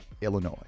illinois